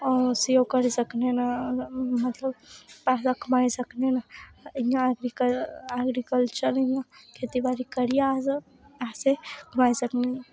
ओह् उसी करी सकने नां मतलब पैसे कमाई सकने ना जां फ्ही एग्रिकल्चर खेतीबाड़ी करियै अस पैसे कमाई सकने